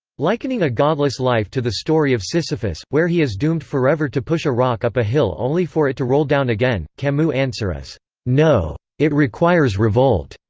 likening a godless life to the story of sisyphus, where he is doomed forever to push a rock up a hill only for it to roll down again, camus' answer is no. it requires revolt.